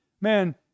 man